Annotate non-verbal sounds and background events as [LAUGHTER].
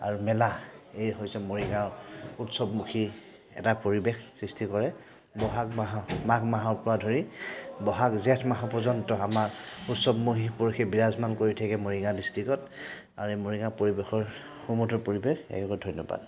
আৰু মেলা এই হৈছে মৰিগাঁও উৎসৱমুখী এটা পৰিৱেশ সৃষ্টি কৰে বহাগ মাহ মাঘ মাহৰ পৰা ধৰি বহাগ জেঠ মাহৰ পৰ্য্য়ন্ত আমাৰ উৎসৱমুখী পৰিৱেশে বিৰাজমান কৰি থাকে মৰিগাঁও ডিষ্ট্ৰিকত আৰু এই মৰিগাঁও পৰিৱেশৰ [UNINTELLIGIBLE] পৰিৱেশ [UNINTELLIGIBLE] ধন্যবাদ